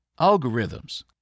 Algorithms